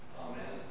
Amen